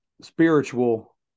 spiritual